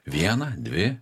vieną dvi